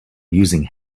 using